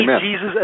Jesus